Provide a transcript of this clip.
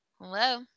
Hello